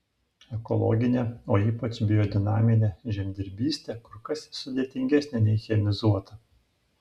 ekologinė o ypač biodinaminė žemdirbystė kur kas sudėtingesnė nei chemizuota